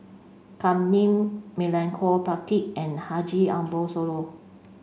Kam Ning Milenko Prvacki and Haji Ambo Sooloh